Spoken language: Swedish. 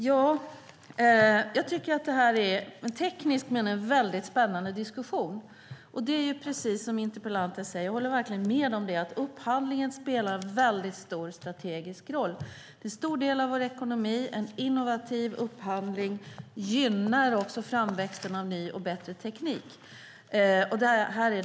Herr talman! Det här är en teknisk men mycket spännande diskussion. Jag håller verkligen med interpellanten om att upphandlingen spelar mycket stor strategisk roll. Den omfattar en stor del av vår ekonomi. En innovativ upphandling gynnar framväxten av ny och bättre teknik.